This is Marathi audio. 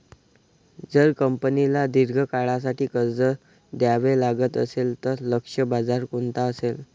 जर कंपनीला दीर्घ काळासाठी कर्ज घ्यावे लागत असेल, तर लक्ष्य बाजार कोणता असेल?